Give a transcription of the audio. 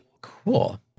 Cool